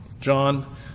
John